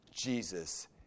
Jesus